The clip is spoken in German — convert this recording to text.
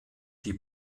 die